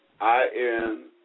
I-N